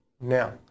Now